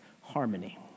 harmony